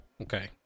Okay